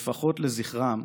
לפחות לזכרם,